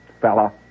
fella